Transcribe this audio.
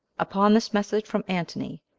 upon this message from antony,